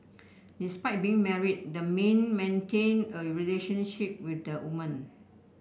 despite being married the man maintained a relationship with the woman